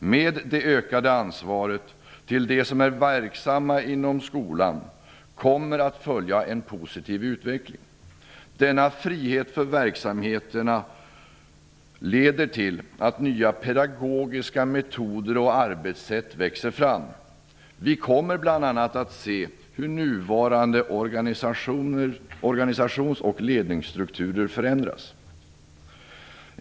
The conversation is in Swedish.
Med det ökade ansvaret för dem som är verksamma inom skolan kommer att följa en positiv utveckling. Denna frihet för verksamheterna leder till att nya pedagogiska metoder och arbetssätt växer fram. Vi kommer bl.a. att se hur nuvarande organisations och ledningsstrukturer förändras.